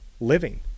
living